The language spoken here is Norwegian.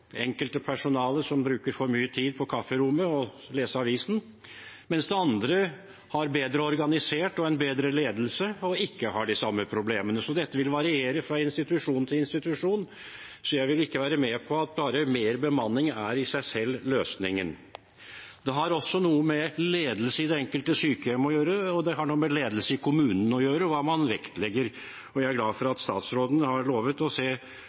enkelte i personalet bruker for mye tid på kafferommet og på å lese avisen, mens det andre er bedre organisert, har bedre ledelse og ikke har de samme problemene. Dette vil variere fra institusjon til institusjon, så jeg vil ikke være med på at bare mer bemanning i seg selv er løsningen. Det har også noe med ledelsen i det enkelte sykehjem å gjøre, og det har noe med ledelsen i kommunen å gjøre, og hva man vektlegger. Jeg er glad for at statsråden har lovet å